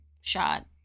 shot